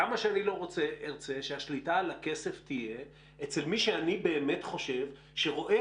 למה שאני לא ארצה שהשליטה על הכסף תהיה אצל מי שאני באמת חושב שרואה